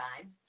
time